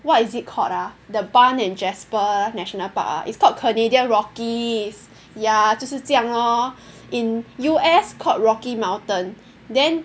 what is it called err the Barn and Jasper national park ah it's called Canadian Rockies ya 就是这样 lor in U_S called Rocky Mountain then